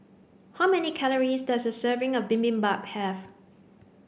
how many calories does a serving of Bibimbap have